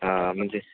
हां म्हणजे